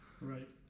Right